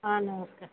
ହଁ ନମସ୍କାର